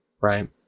right